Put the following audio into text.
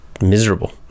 miserable